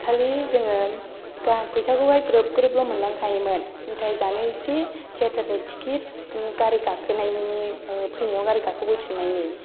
खालि जोङो फैसाखौहाय ग्रोब ग्रोबल' मोनलांखायोमोन मिथाइ जानो इसे थियेटारनि टिकेट गारि गाखोनायनि फैनायाव गारि गाखोबोफिननायनि